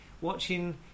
watching